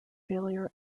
failure